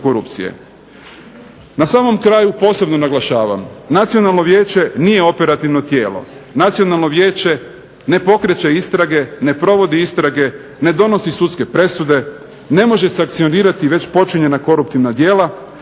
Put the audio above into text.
Na samom kraju posebno naglašavam nacionalno vijeće nije operativno tijelo, nacionalno vijeće ne pokreće istrage, ne provodi istrage, ne donosi sudske presude, ne može sankcionirati već počinjena koruptivna djela,